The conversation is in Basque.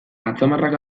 atzamarrak